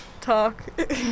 talk